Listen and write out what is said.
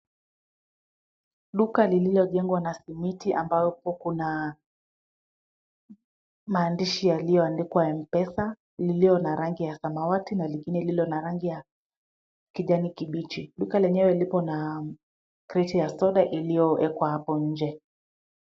Duka lililojengwa na simiti ambapo kuna maandishi yaliyoandikwa mpesa iliyo na rangi ya samawati na lingine lililo na rangi ya kijani kibichi. Duka lenyewe liko na kreti ya soda iliyoekwa hapo nje.